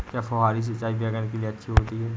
क्या फुहारी सिंचाई बैगन के लिए अच्छी होती है?